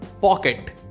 Pocket